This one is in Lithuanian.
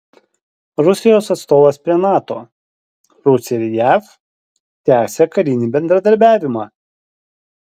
rusijos atstovas prie nato rusija ir jav tęsia karinį bendradarbiavimą